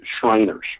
Shriners